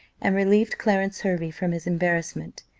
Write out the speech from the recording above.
and relieved clarence hervey from his embarrassment.